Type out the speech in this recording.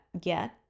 get